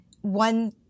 one